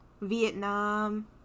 Vietnam